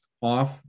off